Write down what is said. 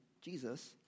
Jesus